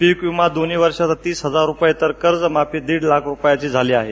पीकविमा दोन्ही वर्षाचा तीस हजार रुपये तर कर्जमाफी दिड लाख रुपयांची झाली आहे